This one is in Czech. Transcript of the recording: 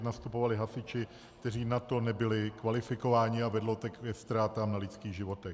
Nastupovali hasiči, kteří na to nebyli kvalifikováni, a vedlo to ke ztrátám na lidských životech.